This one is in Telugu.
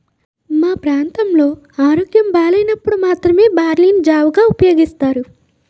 మా ప్రాంతంలో ఆరోగ్యం బాగోలేనప్పుడు మాత్రమే బార్లీ ని జావగా ఉపయోగిస్తారు